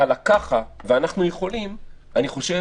ועל ה"ככה" ועל "כי אנחנו יכולים" אני חושב,